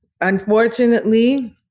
unfortunately